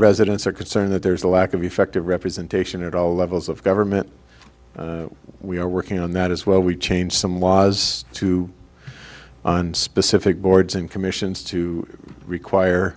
residents are concerned that there's a lack of effective representation at all levels of government we are working on that as well we change some laws to on specific boards and commissions to require